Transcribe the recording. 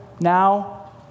now